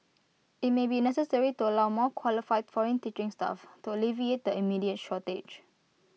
IT may be necessary to allow more qualified foreign teaching staff to alleviate the immediate shortage